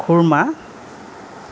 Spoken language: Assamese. খুৰ্মা